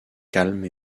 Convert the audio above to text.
calme